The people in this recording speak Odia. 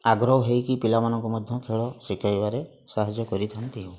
ଆଗ୍ରହ ହେଇକି ପିଲାମାନଙ୍କୁ ମଧ୍ୟ ଖେଳ ଶିଖାଇବାରେ ସାହାଯ୍ୟ କରିଥାନ୍ତି ଆଉ